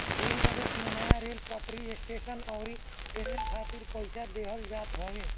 rail budget में नया rail पटरी, स्टेशन अउरी ट्रेन खातिर पईसा देहल जात हवे